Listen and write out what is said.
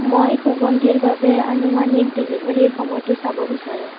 মই সুগন্ধিৰ বাবে আনুমানিক ডেলিভাৰীৰ সময়টো চাব বিচাৰো